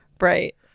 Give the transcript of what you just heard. Right